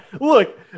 look